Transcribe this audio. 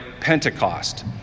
Pentecost